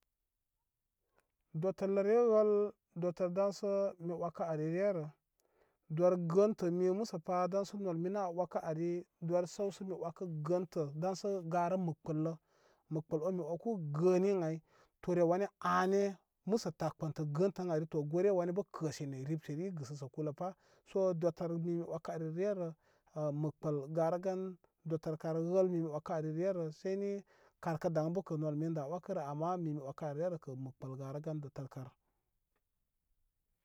Dotəlləre wəl dotər daŋsə mi wəkə alirerə dor gəntə mi məsəpa daŋsə nol minə an wəkə ari dor səwsə mi wəkə gəntə dansə garə makpəllə məkpəl on mi wəku gəni ən ay tore wani áni məsə takpəntə gəntə ə ari to gore wani be kəshe nə ribsənyi gəsə sə kuləpa so dotər mi mi wəkə ari rerə məkpəl garəgan dotər kal wəl mi mi wəkə ari rerə gey sai ni kal kə daŋ bəkə nol mini da wəkərə ama mimi wəkə ayrerəkə məkpal garəgan dotər kaw.